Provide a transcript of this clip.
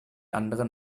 anderen